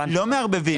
לא מערבבים.